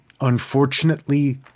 unfortunately